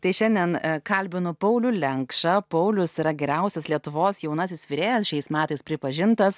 tai šiandien kalbinu paulių lenkšą paulius yra geriausias lietuvos jaunasis virėjas šiais metais pripažintas